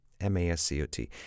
M-A-S-C-O-T